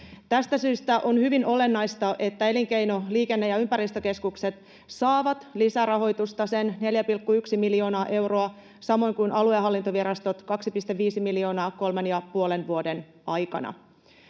Tästä syystä on hyvin olennaista, että elinkeino-, liikenne- ja ympäristökeskukset saavat lisärahoitusta sen 4,1 miljoonaa euroa, samoin kuin aluehallintovirastot 2,5 miljoonaa kolmen ja puolen vuoden aikana.